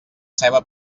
ceba